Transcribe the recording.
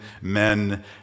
men